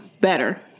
better